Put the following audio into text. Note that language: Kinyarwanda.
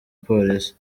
polisi